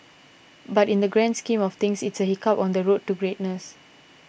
but in the grand scheme of things it's a hiccup on the road to greatness